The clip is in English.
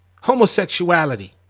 homosexuality